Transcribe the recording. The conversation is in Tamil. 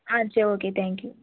ஆ சரி ஓகே தேங்க் யூ